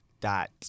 dot